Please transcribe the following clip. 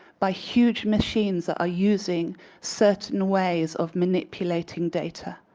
by huge machines that are using certain ways of manipulating data.